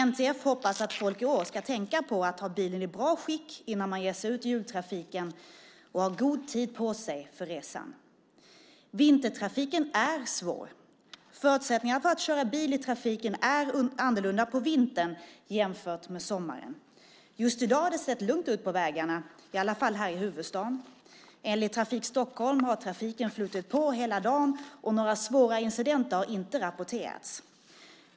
NTF hoppas att folk i år ska tänka på att ha bilen i bra skick innan de ger sig ut i jultrafiken och ha god tid på sig för resan. Vintertrafiken är svår. Förutsättningarna för att köra bil i trafiken är annorlunda på vintern jämfört med sommaren. Just i dag har det sett lugnt ut på vägarna, i alla fall här i huvudstaden. Enligt Trafik Stockholm har trafiken flutit på hela dagen. Några svåra incidenter har inte rapporterats.